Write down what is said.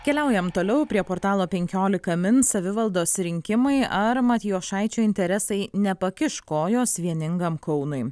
keliaujam toliau prie portalo penkiolika min savivaldos rinkimai ar matijošaičio interesai nepakiš kojos vieningam kaunui